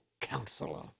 Counselor